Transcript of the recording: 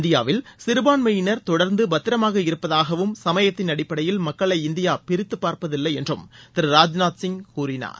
இந்தியாவில் சிறபான்மையினர் தொடர்ந்து பத்திரமாக இருப்பதூகவும் சமயத்தின் அடிப்படையில் மக்களை இந்தியா பிரித்து பார்ப்பதில்லை என்றும் திரு ராஜ்நாத் சிங் கூறினார்